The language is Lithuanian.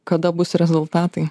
kada bus rezultatai